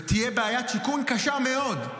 ותהיה בעיית שיקום קשה מאוד.